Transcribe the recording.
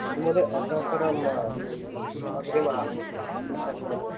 किं महोदय अतः परम् अग्रिमम् उपविशामि महोदय